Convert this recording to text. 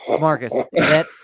marcus